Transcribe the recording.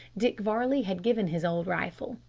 dick varley had given his old rifle.